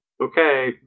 Okay